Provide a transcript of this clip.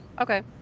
Okay